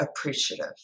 appreciative